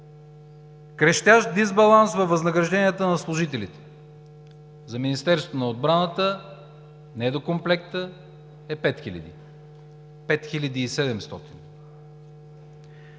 Крещящ дисбаланс във възнагражденията на служителите – за Министерството на отбраната